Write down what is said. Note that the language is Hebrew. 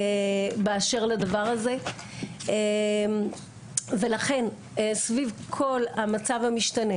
באשר לדבר הזה ולכן סביב כל המצב המשתנה